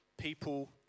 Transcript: people